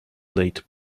late